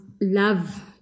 love